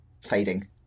fading